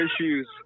issues